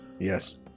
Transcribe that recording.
Yes